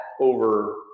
over